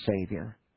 Savior